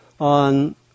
on